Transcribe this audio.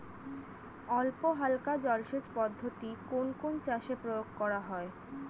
অল্পহালকা জলসেচ পদ্ধতি কোন কোন চাষে প্রয়োগ করা হয়?